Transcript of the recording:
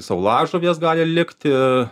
saulažuvės gali likti